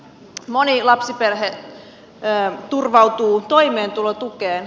moni lapsiperhe turvautuu toimeentulotukeen